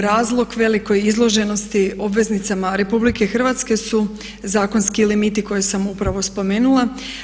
Razlog velike izloženosti obveznicama RH su zakonski limiti koje sam upravo spomenula.